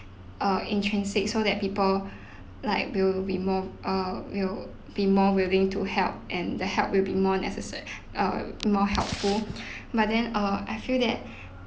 err intrinsic so that people like will be more err will be more willing to help and the help will be more necessary err more helpful but then uh I feel that